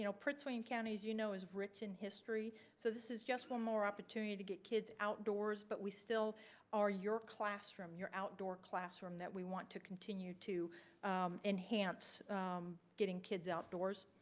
you know prince william counties, you know is written history. so this is just one more opportunity to get kids outdoors but we still are your classroom, your outdoor classroom that we want to continue to enhance getting kids outdoors.